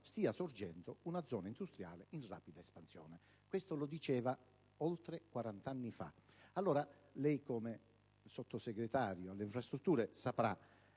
stia sorgendo una zona industriale in rapida espansione». Questo lo diceva oltre 40 anni fa. Come Sottosegretario di Stato alle infrastrutture lei saprà